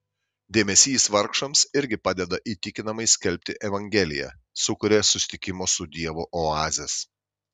dėmesys vargšams irgi padeda įtikinamai skelbti evangeliją sukuria susitikimo su dievu oazes